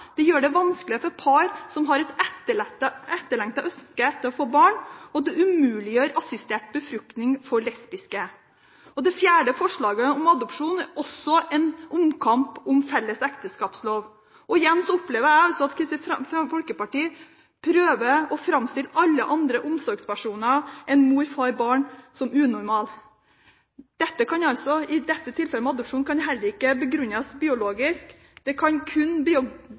har et etterlengtet ønske om å få barn, og det umuliggjør assistert befruktning for lesbiske. Det fjerde forslaget om adopsjon er også en omkamp om felles ekteskapslov. Igjen opplever jeg at Kristelig Folkeparti prøver å framstille alle andre omsorgspersoner enn mor og far som unormalt. I tilfellet med adopsjon kan dette heller ikke begrunnes biologisk, det kan kun